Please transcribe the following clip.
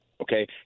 okay